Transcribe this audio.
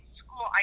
school